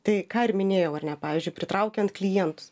tai ką ir minėjau ar ne pavyzdžiui pritraukiant klientus